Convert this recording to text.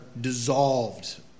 dissolved